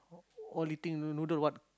all eating noodle what